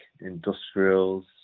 industrials